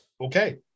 Okay